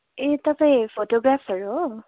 ए तपाईँ फोटोग्राफर हो